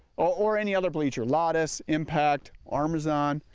or any other bleacher, laudis, impact, armezon,